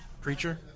Preacher